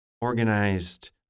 organized